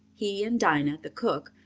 he and dinah, the cook,